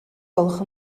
gwelwch